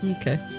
Okay